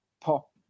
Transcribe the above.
pop